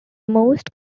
most